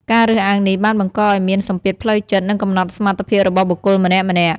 ការរើសអើងនេះបានបង្កឱ្យមានសម្ពាធផ្លូវចិត្ត និងកំណត់សមត្ថភាពរបស់បុគ្គលម្នាក់ៗ។